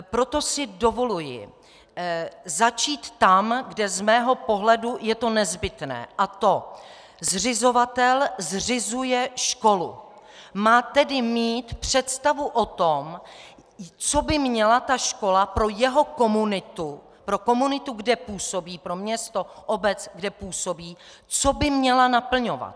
Proto si dovoluji začít tam, kde z mého pohledu je to nezbytné: Zřizovatel zřizuje školu, má tedy mít představu o tom, co by měla ta škola pro jeho komunitu, pro komunitu, kde působí, pro město, obec, kde působí, naplňovat.